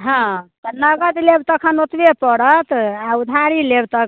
हँ नगद लेब तखन ओतबे पड़त आओर उधारी लेब तऽ